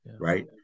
right